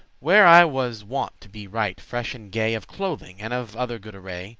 where i was wont to be right fresh and gay of clothing, and of other good array